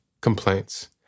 complaints